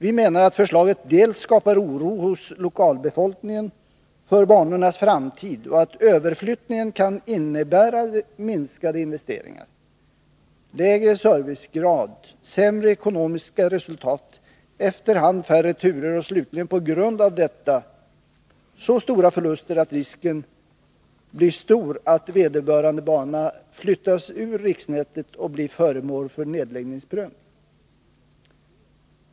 Vi menar att förslaget bl.a. skapar oro för banornas framtid hos lokalbefolkningen och att överflyttningen kan innebära minskade investeringar, lägre servicegrad, sämre ekonomiska resultat, efter hand färre turer och slutligen på grund av detta så stora förluster att risken blir stor att vederbörande bana flyttas ur riksnätet och blir föremål för nedläggningsprövning.